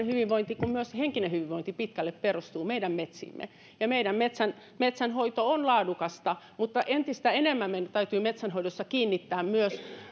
hyvinvointi kuin myös henkinen hyvinvointi pitkälle perustuu meidän metsiimme meidän metsänhoito on laadukasta mutta entistä enemmän meidän täytyy metsänhoidossa kiinnittää huomiota myös